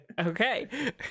Okay